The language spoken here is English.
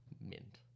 mint